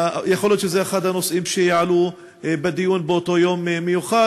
יכול להיות שזה אחד הנושאים שיעלו בדיון באותו יום מיוחד.